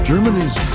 Germany's